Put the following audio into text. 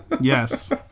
Yes